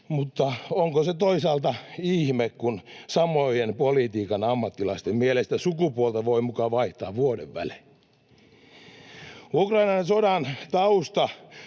mutta onko se toisaalta ihme, kun samojen politiikan ammattilaisten mielestä sukupuolta voi muka vaihtaa vuoden välein? [Ben Zyskowicz